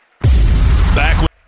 Back